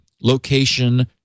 location